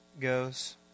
goes